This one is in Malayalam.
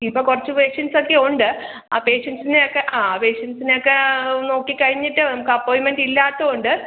ഇപ്പോൾ കുറച്ച് പേഷ്യന്റ്സ് ഒക്കെ ഉണ്ട് ആ പേഷ്യന്റ്സിനെ ഒക്കെ ആ പേഷ്യന്റ്സിനെ ഒക്കെ നോക്കി കഴിഞ്ഞിട്ട് നമുക്ക് അപ്പോയിൻറ്മെൻറ് ഇല്ലാത്തതുകൊണ്ട്